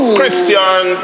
Christian